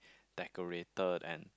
decorated and